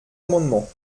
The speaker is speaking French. amendement